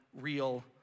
Real